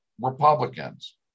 republicans